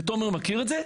ותומר מכיר את זה,